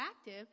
active